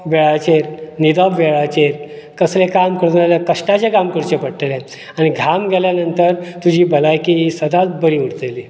जेवप वेळाचेर न्हिदप वेळाचेर कसले काम करतलो जाल्यार कशटाचे काम करचे पडटले आनी घाम गेल्या नंतर तुजी भलायकी सदांच बरी उरतली